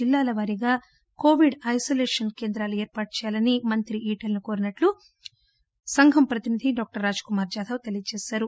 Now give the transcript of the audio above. జిల్లాల వారీగా Covid isolation కేంద్రాలు ఏర్పాటు చేయాలని మంత్రి ఈటలను కోరినట్లు సంఘం ప్రతినిధి డాక్టర్ రాజ్ కుమార్ జాదప్ తెలిపారు